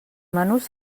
menús